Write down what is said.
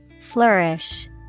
Flourish